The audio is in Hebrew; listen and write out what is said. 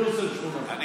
אני